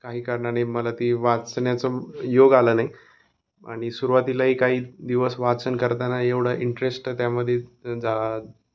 काही कारणाने मला ती वाचण्याचं योग आला नाही आणि सुरुवातीलाही काही दिवस वाचन करताना एवढं इंटरेस्ट त्यामध्ये जा